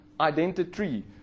identity